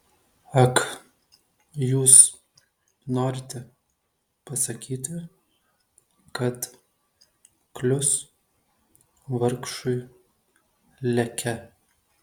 ak jūs norite pasakyti kad klius vargšui leke